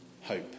hope